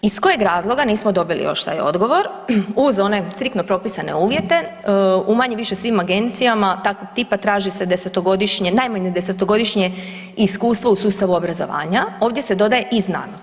Iz kojeg razloga nismo dobili još taj odgovor, uz one striktno propisane uvjete u manje-više svim agencijama tip traži se desetogodišnje, najmanje desetogodišnje iskustvo u sustavu obrazovanja ovdje se dodaje i znanosti.